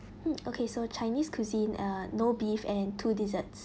mm okay so chinese cuisine uh no beef and two desserts